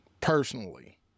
personally